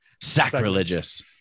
sacrilegious